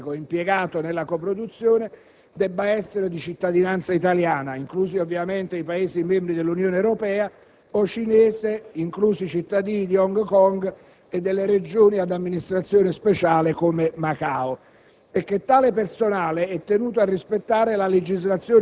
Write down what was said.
e si stabilisce che il personale artistico e tecnico impiegato nella coproduzione debba essere di cittadinanza italiana, inclusi ovviamente i Paesi membri dell'Unione Europea, o cinese, inclusi i cittadini di Hong Kong o delle Regioni ad amministrazione speciale come Macao,